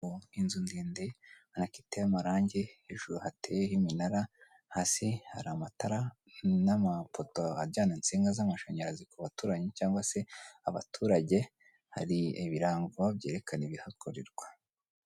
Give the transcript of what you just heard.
Inzu ndende ubona iteye amarangi hejuru hateyeho iminara hasi hari amatara n'amapoto ajyana insinga z'amashanyarazi ku baturanyi cyangwa se abaturage. Hari ibirango byerekana ibihakorerwa.